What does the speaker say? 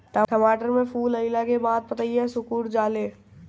टमाटर में फूल अईला के बाद पतईया सुकुर जाले?